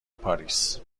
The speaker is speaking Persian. پاریس